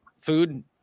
food